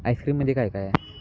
आईस्क्रीममध्ये काय काय आहे